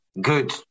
good